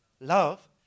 Love